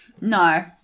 No